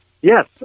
Yes